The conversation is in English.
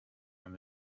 and